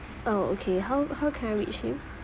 oh okay how how can I reach him